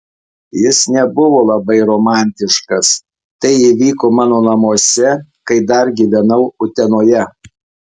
jis nebuvo labai romantiškas tai įvyko mano namuose kai dar gyvenau utenoje